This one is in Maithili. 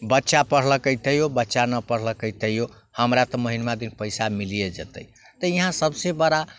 बच्चा पढ़लकै तैओ बच्चा नहि पढ़लकै तैओ हमरा तऽ महिनबा दिन पइसा मिलिए जेतै तऽ यहाँ सबसँ बड़ा